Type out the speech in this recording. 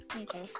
Okay